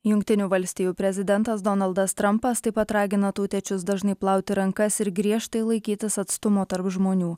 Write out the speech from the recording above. jungtinių valstijų prezidentas donaldas trumpas taip pat ragina tautiečius dažnai plauti rankas ir griežtai laikytis atstumo tarp žmonių